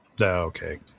Okay